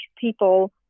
people